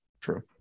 true